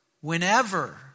whenever